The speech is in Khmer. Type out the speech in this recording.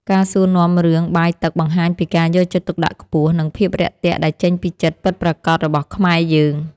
ការសួរនាំរឿងបាយទឹកបង្ហាញពីការយកចិត្តទុកដាក់ខ្ពស់ និងភាពរាក់ទាក់ដែលចេញពីចិត្តពិតប្រាកដរបស់ខ្មែរយើង។